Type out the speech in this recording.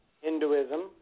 Hinduism